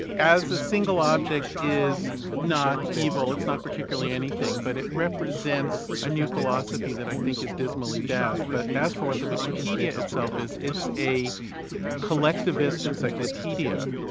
as a single object, is not evil, it's not particularly anything, but it represents a new philosophy that i think is dismally bad. but as for what the wikipedia itself is, it's a collectivist encyclopaedia.